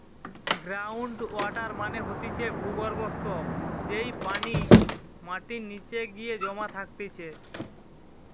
ground water মানে হতিছে ভূর্গভস্ত, যেই পানি মাটির নিচে গিয়ে জমা থাকতিছে